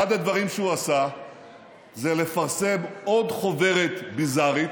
אחד הדברים שהוא עשה זה לפרסם עוד חוברת ביזארית,